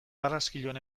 barraskiloen